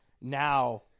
now